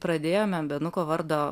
pradėjome benuko vardo